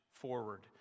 forward